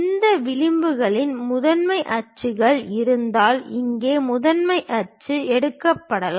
இந்த விளிம்புகள் முதன்மை அச்சாக இருப்பதால் இங்கே முதன்மை அச்சு எடுக்கப்படலாம்